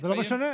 זה לא משנה,